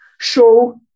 show